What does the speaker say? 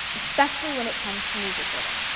especially when it comes to news reporting.